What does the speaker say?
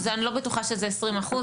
אני לא בטוחה שזה עשרים אחוז,